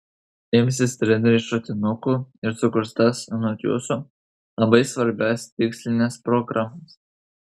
imsis treneriai šratinukų ir sukurs tas anot jūsų labai svarbias tikslines programas